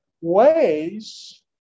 ways